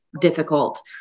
difficult